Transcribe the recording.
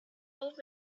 old